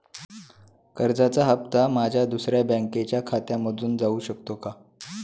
कर्जाचा हप्ता माझ्या दुसऱ्या बँकेच्या खात्यामधून जाऊ शकतो का?